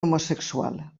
homosexual